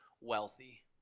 wealthy